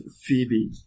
Phoebe